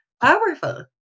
powerful